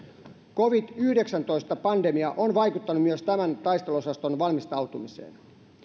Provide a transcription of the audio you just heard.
covid yhdeksäntoista pandemia on vaikuttanut myös tämän taisteluosaston valmistautumiseen